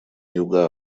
юга